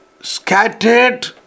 Scattered